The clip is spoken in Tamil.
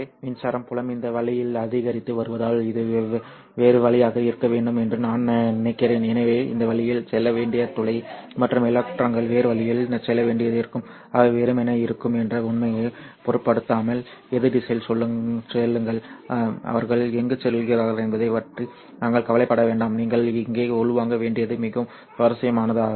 எனவே மின்சார புலம் இந்த வழியில் அதிகரித்து வருவதால் இது வேறு வழியாக இருக்க வேண்டும் என்று நான் நினைக்கிறேன் எனவே இந்த வழியில் செல்ல வேண்டிய துளை மற்றும் எலக்ட்ரான்கள் வேறு வழியில் செல்ல வேண்டியிருக்கும் அவை வெறுமனே இருக்கும் என்ற உண்மையைப் பொருட்படுத்தாமல் எதிர் திசையில் செல்லுங்கள் அவர்கள் எங்கு செல்கிறார்கள் என்பதைப் பற்றி நாங்கள் கவலைப்பட வேண்டாம் நீங்கள் இங்கே உள்வாங்க வேண்டியது மிகவும் சுவாரஸ்யமானது